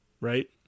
right